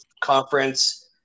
conference